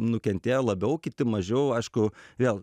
nukentėja labiau kiti mažiau aišku vėl